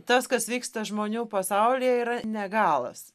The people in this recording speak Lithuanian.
tas kas vyksta žmonių pasaulyje yra ne galas